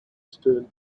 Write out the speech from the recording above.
stern